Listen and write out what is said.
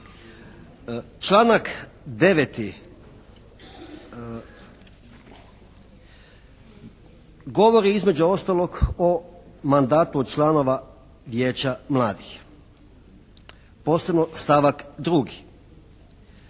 Članak 9. govori između ostalog o mandatu članova Vijeća mladih posebno stavak 2.